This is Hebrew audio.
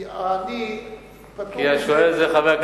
כי השואל הוא חבר הכנסת רוני בר-און.